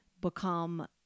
become